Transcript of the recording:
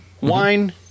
wine